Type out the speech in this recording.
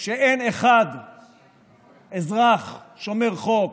שאין אזרח אחד שומר חוק